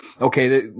okay